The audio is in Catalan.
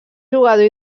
jugador